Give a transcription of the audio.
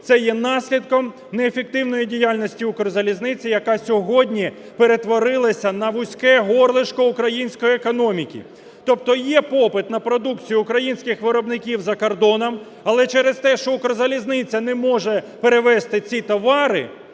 це є наслідком неефективної діяльності "Укрзалізниці", яка сьогодні перетворилася на вузькегорлышко української економіки. Тобто є попит на продукцію українських виробників за кордоном, але через те, що "Укрзалізниця" не може перевезти ці товари,